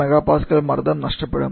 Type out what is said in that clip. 01 MPa മർദ്ദം നഷ്ടപ്പെടും